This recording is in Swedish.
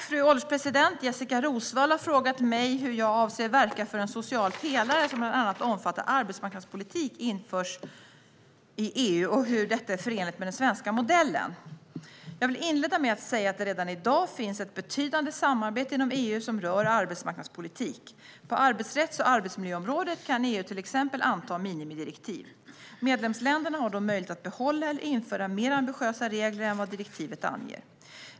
Fru ålderspresident! Jessika Roswall har frågat mig hur jag avser att verka för att en social pelare som bland annat omfattar arbetsmarknadspolitik införs i EU och hur detta är förenligt med den svenska modellen. Jag vill inleda med att säga att det redan i dag finns ett betydande samarbete inom EU som rör arbetsmarknadspolitik. På arbetsrätts och arbetsmiljöområdet kan EU till exempel anta minimidirektiv. Medlemsländerna har då möjlighet att behålla eller införa mer ambitiösa regler än vad direktivet anger.